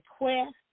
request